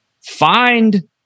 find